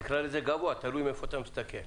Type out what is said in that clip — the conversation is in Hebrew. תקרא לזה גבוה, תלוי מאיפה אתה מסתכל.